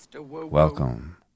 Welcome